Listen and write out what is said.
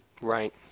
Right